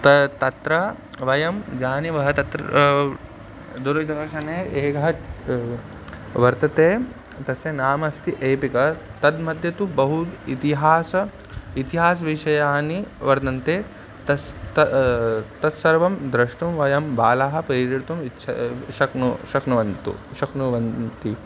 ता तत्र वयं जानीमः तत्र दूरदर्शने एकः वर्तते तस्य नाम अस्ति एपिका तद् मध्ये तु बहु इतिहासः इतिहासविषयाणि वर्तन्ते तस् त तत्सर्वं द्रष्टुं वयं बालाः प्रेरयितुम् इच्छा शक्नु शक्नुवन्ति शक्नुवन्ति